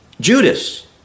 Judas